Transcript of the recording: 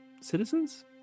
citizens